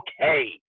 okay